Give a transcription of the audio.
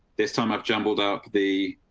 this time i've jumbled up the.